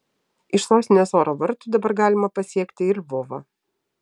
iš sostinės oro vartų dabar galima pasiekti ir lvovą